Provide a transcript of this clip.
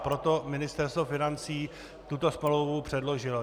Proto Ministerstvo financí tuto smlouvu předložilo.